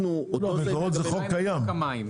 זה חוק קיים.